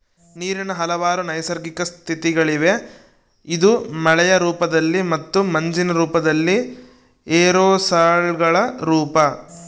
ನೀರಿನ ಹಲವಾರು ನೈಸರ್ಗಿಕ ಸ್ಥಿತಿಗಳಿವೆ ಇದು ಮಳೆಯ ರೂಪದಲ್ಲಿ ಮತ್ತು ಮಂಜಿನ ರೂಪದಲ್ಲಿ ಏರೋಸಾಲ್ಗಳ ರೂಪ